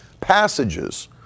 passages